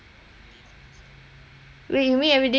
wait you mean everyday you have to go back school you don't have online